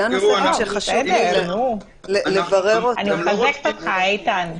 אני מחזקת אותך, איתן.